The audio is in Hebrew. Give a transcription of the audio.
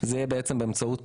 זה יקרה באמצעות פסיכולוגים,